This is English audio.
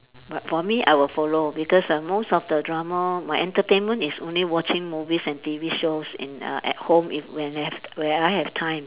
but for me I will follow because uh most of the drama my entertainment is only watching movies and T_V shows in uh at home if when have when I have time